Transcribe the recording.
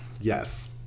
Yes